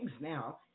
now